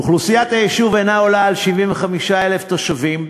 אוכלוסיית היישוב אינה עולה על 75,000 תושבים,